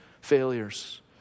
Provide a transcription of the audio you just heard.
failures